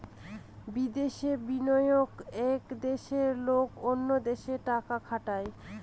বিদেশে বিনিয়োগ এক দেশের লোক অন্য দেশে টাকা খাটায়